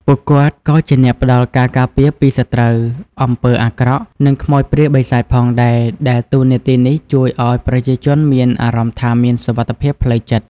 ពួកគាត់ក៏ជាអ្នកផ្តល់ការការពារពីសត្រូវ អំពើអាក្រក់ និងខ្មោចព្រាយបិសាចផងដែរ ដែលតួនាទីនេះជួយឱ្យប្រជាជនមានអារម្មណ៍ថាមានសុវត្ថិភាពផ្លូវចិត្ត។